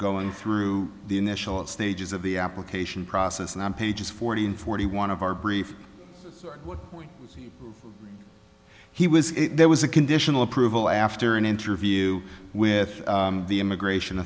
going through the initial stages of the application process and pages forty and forty one of our brief when he was there was a conditional approval after an interview with the immigration